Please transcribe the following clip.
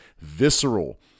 visceral